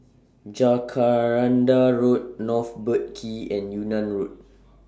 Jacaranda Road North Boat Quay and Yunnan Road